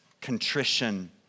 contrition